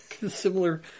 Similar